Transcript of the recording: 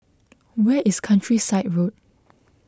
where is Countryside Road